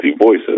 voices